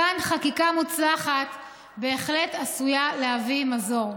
כאן, חקיקה מוצלחת בהחלט עשויה להביא מזור,